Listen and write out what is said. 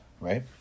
right